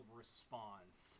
response